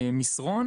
היזומה.